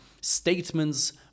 statements